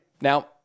Now